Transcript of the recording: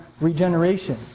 regeneration